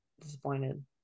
disappointed